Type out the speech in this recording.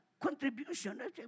Contribution